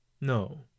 No